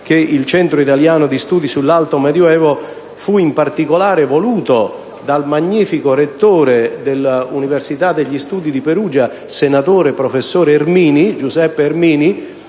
il Centro italiano di studi sull'alto medioevo fu, in particolare, voluto dal magnifico rettore dell'università degli studi di Perugia, senatore e professore Giuseppe Ermini,